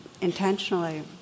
intentionally